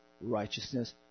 righteousness